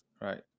Right